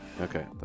Okay